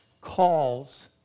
calls